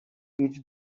idź